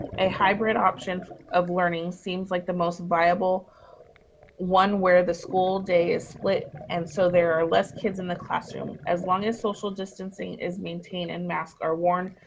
a hybrid option of learning seems like the most viable one where the school day is split and so there are less kids in the classroom. as long as social distancing is maintained and masks are worn,